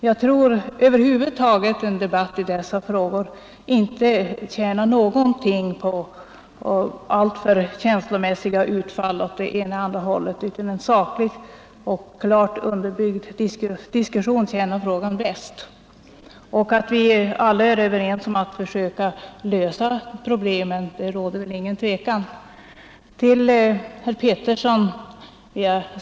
I en debatt om dessa frågor tror jag inte att det över huvud taget tjänar någonting till med alltför känslomässiga utfall åt ena eller andra hållet, utan en saklig och klart underbyggd diskussion tjänar saken bäst. Och att vi alla är överens om att försöka lösa problemen råder det väl inget tvivel om.